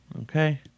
Okay